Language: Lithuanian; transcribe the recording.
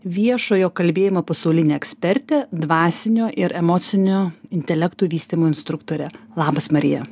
viešojo kalbėjimo pasaulinė ekspertė dvasinio ir emocinio intelekto vystymo instruktorė labas marija